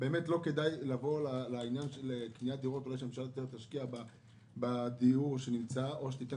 לא כדאי לקנות דירות אלא שהממשלה תשקיע יותר בדיור הקיים או שתיתן